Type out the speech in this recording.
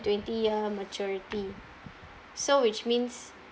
twenty year maturity so which means